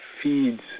feeds